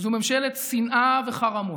שזו ממשלת שנאה וחרמות,